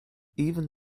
even